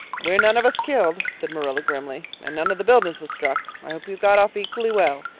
we're none of us killed, said marilla grimly, and none of the buildings was struck. i hope you got off equally well.